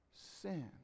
sin